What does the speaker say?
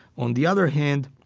on the other hand,